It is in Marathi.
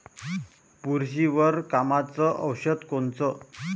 बुरशीवर कामाचं औषध कोनचं?